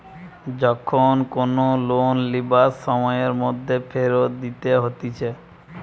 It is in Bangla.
যখন কোনো লোন লিবার সময়ের মধ্যে ফেরত দিতে হতিছে